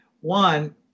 One